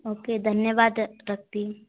okay धन्यवाद रखती हूँ